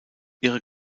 ihre